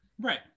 right